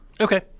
Okay